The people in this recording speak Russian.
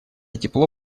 тепло